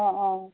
অ' অ'